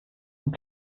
und